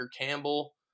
Campbell